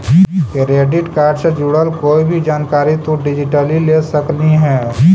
credit card से जुड़ल कोई भी जानकारी तु डिजिटली ले सकलहिं हे